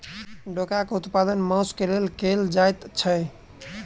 डोकाक उत्पादन मौंस क लेल कयल जाइत छै